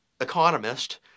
economist